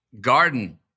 garden